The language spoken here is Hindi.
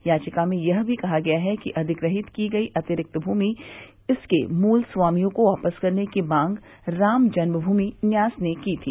याचिका में यह भी कहा गया है कि अधिग्रहीत की गई अतिरिक्त भूमि इसके मूल स्वामियों को वापस करने की मांग राम जन्मभूमि न्यास ने की थी